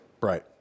Right